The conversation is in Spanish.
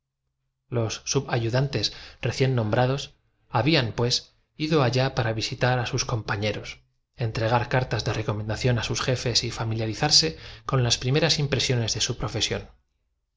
pareció dantes recién nombrados habían pues ido allá para visitar a sus com notar ligero temblor un en sus manos y algunas gotas de sudor en pañeros entregar cartas de recómendación a sus jefes y familiarizarse su frente con las primeras impresiones de su profesión